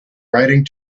riding